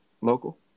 Local